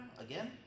again